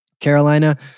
Carolina